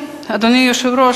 אדוני היושב-ראש,